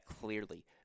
clearly